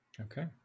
okay